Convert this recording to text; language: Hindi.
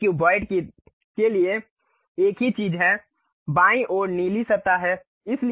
वही क्युबॉइड के लिए एक ही चीज है बाईं ओर नीली सतह है